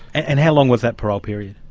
and how long was that parole period?